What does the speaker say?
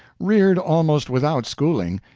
reared almost without schooling,